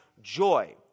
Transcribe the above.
joy